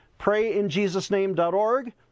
PrayInJesusName.org